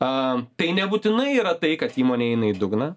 a tai nebūtinai yra tai kad įmonė eina į dugną